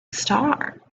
star